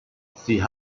sie